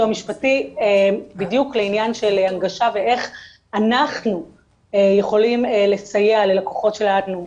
משפטי בדיוק לעניין של הנגשה ואיך אנחנו יכולים לסייע ללקוחות שלנו,